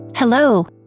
Hello